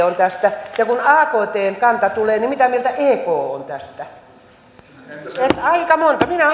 on tästä ja kun aktn kanta tulee niin mitä mieltä ek on tästä aika monta minä